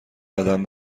قدم